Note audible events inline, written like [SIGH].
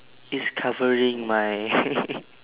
is covering my [LAUGHS]